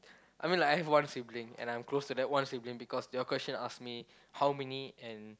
I mean like I have one sibling and I'm close to that one sibling because your question ask me how many and